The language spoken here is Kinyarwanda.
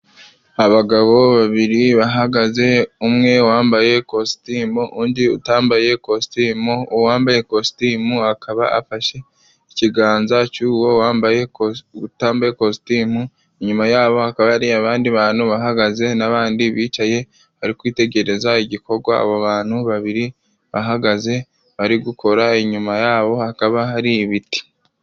Abagabo babiri bahagaze, umwe wambaye kositimu undi utambaye ikositimu. Uwambaye kositimu akaba afashe ikiganza cy'uwo wambaye, utambaye kositimu. Inyuma yabo hakaba hari abandi bandu bahagaze n'abandi bicaye bari kwitegereza igikogwa abo bantu babiri bahagaze bari gukora. inyuma yabo hakaba hari ibiti.